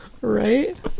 Right